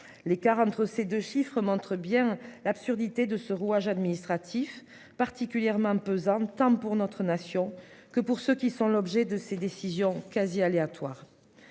L'écart entre ces 2 chiffres montrent bien l'absurdité de ce rouage administratif particulièrement pesante timbre pour notre nation que pour ceux qui sont l'objet de ces décisions quasi aléatoire.